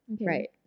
Right